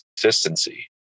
consistency